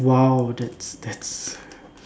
!wow! that's